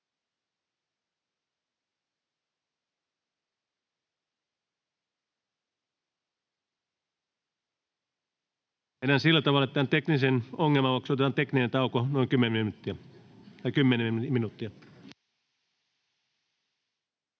Time: N/A Content: Teknisen ongelman vuoksi otetaan tekninen tauko, noin 10 minuuttia.